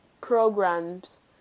programs